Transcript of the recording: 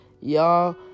Y'all